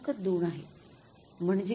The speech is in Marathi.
2 आहेम्हणजे किती